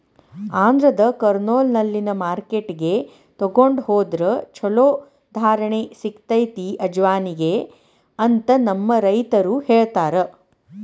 ಆಂಧ್ರದ ಕರ್ನೂಲ್ನಲ್ಲಿನ ಮಾರ್ಕೆಟ್ಗೆ ತೊಗೊಂಡ ಹೊದ್ರ ಚಲೋ ಧಾರಣೆ ಸಿಗತೈತಿ ಅಜವಾನಿಗೆ ಅಂತ ನಮ್ಮ ರೈತರು ಹೇಳತಾರ